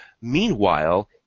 Meanwhile